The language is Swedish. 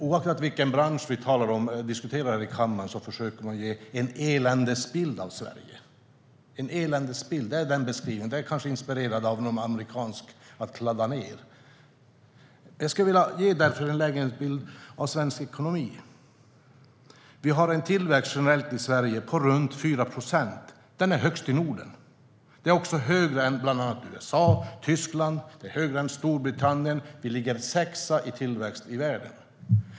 Oavsett vilken bransch vi diskuterar här i kammaren försöker de ge en eländesbild av Sverige. Det är kanske inspirerat av något amerikanskt, att kladda ned. Jag skulle därför vilja ge en lägesbild av svensk ekonomi. Vi har en tillväxt generellt i Sverige på runt 4 procent. Den är högst i Norden. Den är också högre än tillväxten i bland annat USA, Tyskland och Storbritannien. Vi ligger sexa i fråga om tillväxt i världen.